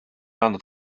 andnud